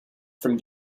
from